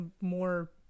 more